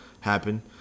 happen